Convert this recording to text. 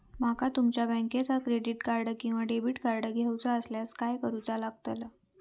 माका तुमच्या बँकेचा क्रेडिट कार्ड किंवा डेबिट कार्ड घेऊचा असल्यास काय करूचा लागताला?